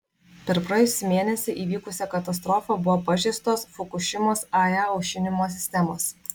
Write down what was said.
per praėjusį mėnesį įvykusią katastrofą buvo pažeistos fukušimos ae aušinimo sistemos